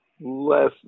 less